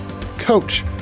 Coach